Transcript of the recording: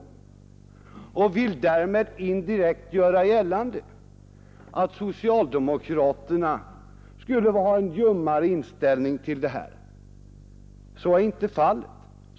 Därmed vill han indirekt göra Torsdagen den gällande att socialdemokraterna skulle ha en ljummare inställning. 13 april 1972 Så är inte fallet.